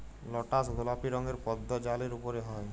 lotus গলাপি রঙের পদ্দ জালের উপরে হ্যয়